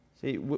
See